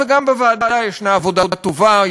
וגם בוועדה יש עבודה טובה,